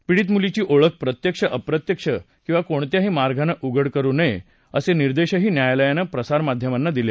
पीडित मुलीची ओळख प्रत्यक्ष अप्रत्यक्ष किंवा कोणत्याही मार्गानं उघड करु नये असे निर्देशही न्यायालयानं प्रसारमाध्यमांना दिले